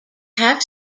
half